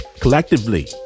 collectively